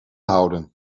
houden